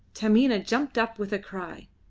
taminah jumped up with a cry.